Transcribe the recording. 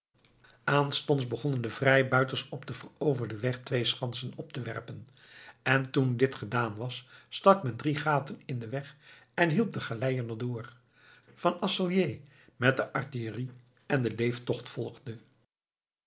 aanstonds begonnen de vrijbuiters op den veroverden weg twee schansen op te werpen en toen dit gedaan was stak men drie gaten in den weg en hielp de galeien er door van assaliers met de artillerie en den leeftocht volgde